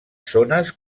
zones